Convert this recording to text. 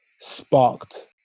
sparked